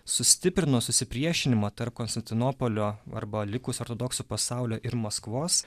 sustiprino susipriešinimą tarp konstantinopolio arba likusių ortodoksų pasaulio ir maskvos